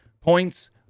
points